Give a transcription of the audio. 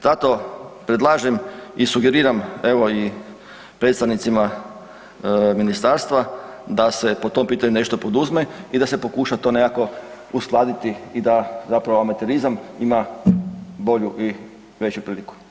Zato predlažem i sugeriram evo i predstavnicima ministarstva da se po tom pitanju nešto poduzme i da se pokuša to nekako uskladiti i da zapravo amaterizam ima bolju i veću priliku.